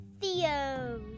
Theo's